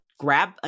grab